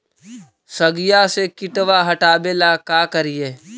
सगिया से किटवा हाटाबेला का कारिये?